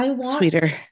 sweeter